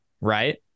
right